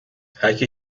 هرکی